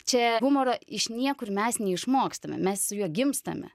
čia humoro iš niekur mes neišmokstame mes juo gimstame